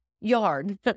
yard